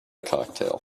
cocktail